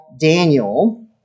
Daniel